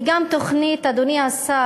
היא גם תוכנית, אדוני השר,